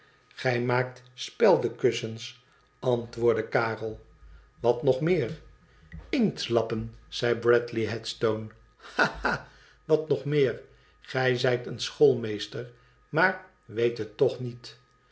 gij maakt speldekussens antwoordde karel twat nog meer inktlappen zei bradley headstone ha ha wat nog meer gij zijt een schoolmeester maar weet het toch niet